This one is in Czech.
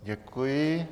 Děkuji.